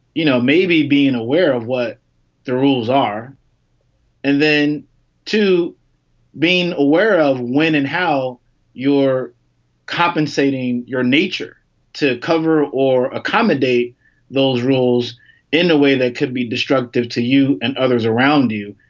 you know, maybe being aware of what the rules are and then to being aware of when and how you're compensating your nature to cover or accommodate those rules in a way that could be destructive to you and others around you.